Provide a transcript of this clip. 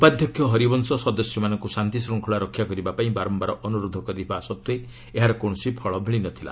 ଉପାଧ୍ୟକ୍ଷ ହରିବଂଶ ସଦସ୍ୟମାନଙ୍କୁ ଶାନ୍ତିଶୃଙ୍ଖଳା ରକ୍ଷା କରିବା ପାଇଁ ବାରମ୍ଭାର ଅନୁରୋଧ କରିବା ସତ୍ତ୍ୱେ ଏହାର କୌଣସି ଫଳ ମିଳିନଥିଲା